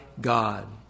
God